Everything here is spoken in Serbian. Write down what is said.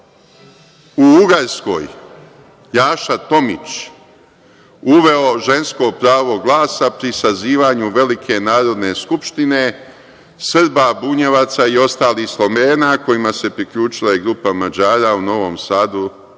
u Ugarskoj, Jaša Tomić, uveo žensko pravo glasa pri sazivanju Velike Narodne skupštine Srba, Bunjevaca i ostalih Slovena kojima se priključila i grupa Mađara u Novom Sadu